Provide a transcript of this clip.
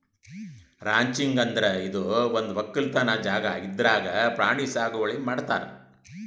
ranching ಅಂದ್ರ ಇದು ಒಂದ್ ವಕ್ಕಲತನ್ ಜಾಗಾ ಇದ್ರಾಗ್ ಪ್ರಾಣಿ ಸಾಗುವಳಿ ಮಾಡ್ತಾರ್